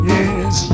Yes